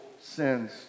sins